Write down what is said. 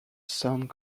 sand